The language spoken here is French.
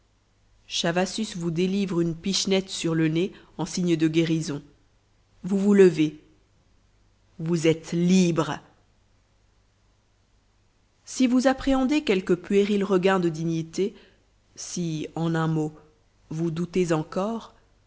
chavassus vous délivre une pichenette sur le nez en signe de guérison vous vous levez vous êtes libre si vous appréhendez quelques puérils regains de dignité si en un mot vous doutez encore